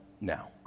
now